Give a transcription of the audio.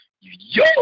Yo